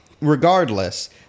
Regardless